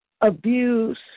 abuse